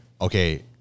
Okay